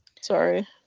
sorry